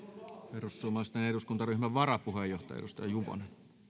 perussuomalaisten eduskuntaryhmän varapuheenjohtaja edustaja juvonen